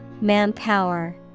Manpower